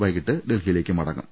വൈകിട്ട് ഡൽഹിയിലേക്ക് മടങ്ങും